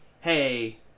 Hey